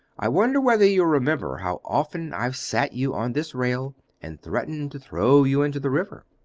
i wonder whether you remember how often i've sat you on this rail and threatened to throw you into the river?